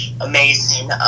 amazing